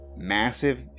massive